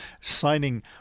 signing